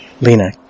Lena